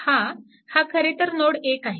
हा हा खरेतर नोड 1 आहे